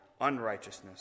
unrighteousness